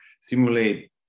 simulate